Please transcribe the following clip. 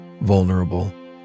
vulnerable